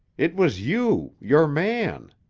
it was you your man.